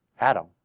Adam